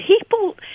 people